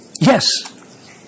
Yes